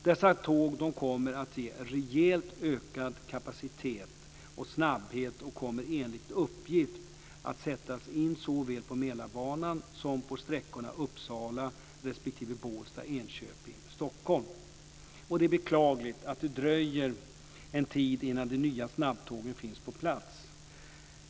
Dessa tåg kommer att ge rejält ökad kapacitet och snabbhet och kommer enligt uppgift att sättas in såväl på Mälarbanan som på sträckorna Uppsala respektive Bålsta/Enköping-Stockholm. Det är beklagligt att det dröjer en tid innan de nya snabbtågen finns på plats.